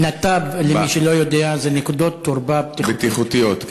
נת"ב, למי שלא יודע, זה נקודות תורפה בטיחותיות.